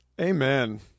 Amen